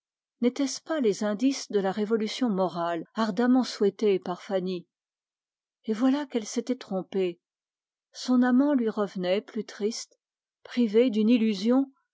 nétaient ce pas les indices de la révolution morale ardemment souhaitée par fanny et voilà qu'elle s'était trompée son amant lui revenait plus triste privé d'une illusion